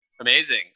Amazing